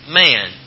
man